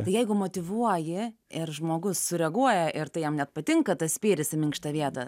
tai jeigu motyvuoji ir žmogus sureaguoja ir tai jam net patinka tas spyris į minkštą vietą